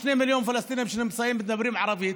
שני מיליון פלסטינים שנמצאים מדברים ערבית.